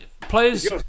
players